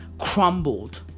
crumbled